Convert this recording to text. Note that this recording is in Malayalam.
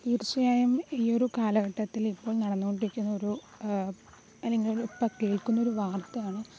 തീർച്ചയായും ഈ ഒരു കാലഘട്ടത്തിൽ ഇപ്പോൾ നടന്നു കൊണ്ടിരിക്കുന്ന ഒരു അല്ലെങ്കിൽ ഇപ്പോൾ കേൾക്കുന്ന ഒരു വാർത്തയാണ്